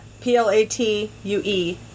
P-L-A-T-U-E